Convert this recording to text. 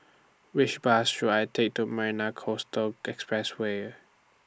Which Bus should I Take to Marina Coastal Expressway